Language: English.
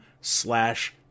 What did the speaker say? slash